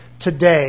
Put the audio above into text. today